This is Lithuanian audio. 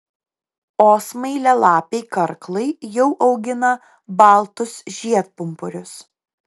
o smailialapiai karklai jau augina baltus žiedpumpurius